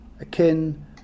akin